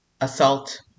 assault